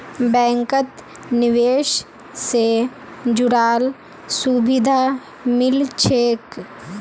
बैंकत निवेश से जुराल सुभिधा मिल छेक